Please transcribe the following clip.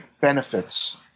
benefits